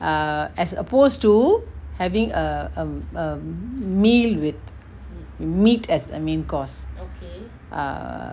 err as opposed to having a a meal with meat as a main course err